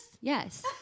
Yes